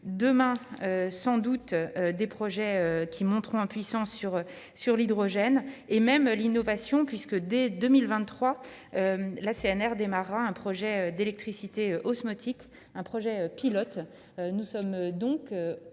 demain sans doute, des projets qui montre puissance sur sur l'hydrogène et même l'innovation puisque dès 2023 la CNR démarrera un projet d'électricité osmotique, un projet pilote,